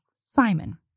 Simon